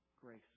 grace